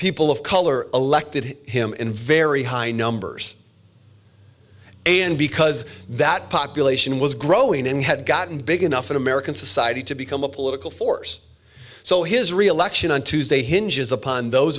people of color elected him in very high numbers and because that population was growing and had gotten big enough in american society to become a political force so his reelection on tuesday hinges upon those